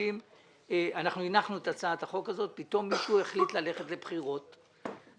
במס פתאום מישהו החליט ללכת לבחירות,